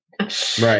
Right